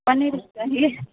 paneer